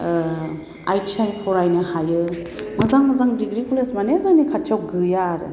ITI फरायनो हायो मोजां मोजां डिग्रि कलेज माने जोंनि खाथियाव गैया आरो